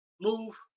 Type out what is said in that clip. move